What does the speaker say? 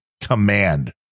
command